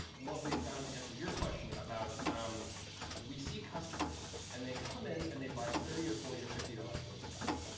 what we found to answer your question about um we see customers, and they come in and they buy thirty or forty or fifty dollars worth of stuff,